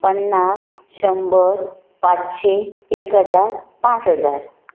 पन्नास शंबर पांचशी एक हजार पांच हजार